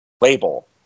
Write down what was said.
label